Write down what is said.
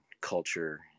culture